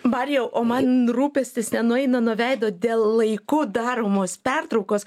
marijau o man rūpestis nenueina nuo veido dėl laiku daromos pertraukos